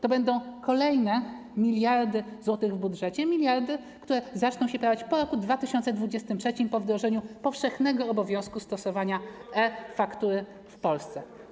To będą kolejne miliardy złotych w budżecie, miliardy, które zaczną się pojawiać po roku 2023, po wdrożeniu powszechnego obowiązku stosowania e-faktury w Polsce.